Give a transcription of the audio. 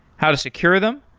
how to secure them,